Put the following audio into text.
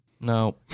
No